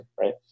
right